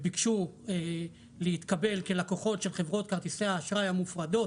וביקשו להתקבל כלקוחות של חברות כרטיסי האשראי המופרדות,